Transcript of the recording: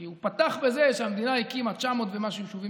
כי הוא פתח בזה שהמדינה הקימה 900 ומשהו יישובים